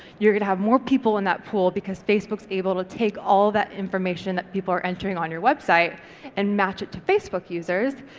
you're gonna have more people in that pool because facebook's able to take all that information that people are entering on your website and match it to facebook users,